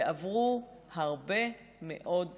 ועברו הרבה מאוד שנים.